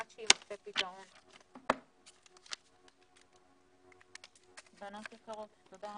הישיבה ננעלה בשעה 12:48.